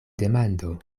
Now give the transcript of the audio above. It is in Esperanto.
demando